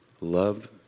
Love